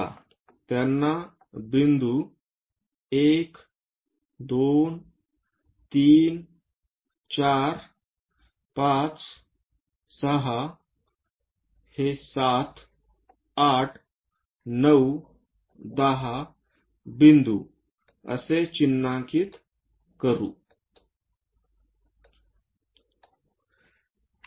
चला त्यांना बिंदू 1 2 3 4 5 6 हे 7 8 9 10 असे चिन्हांकित करूया